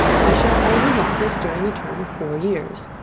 he shall hold his office during the term of four years,